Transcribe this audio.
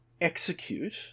execute